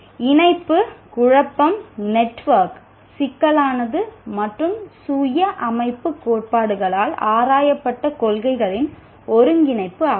இணைப்பு குழப்பம் நெட்வொர்க் சிக்கலானது மற்றும் சுய அமைப்பு கோட்பாடுகளால் ஆராயப்பட்ட கொள்கைகளின் ஒருங்கிணைப்பு ஆகும்